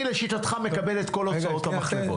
אני, לשיטתך, מקבל את כל הוצאות המחלבות.